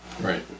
Right